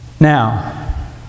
Now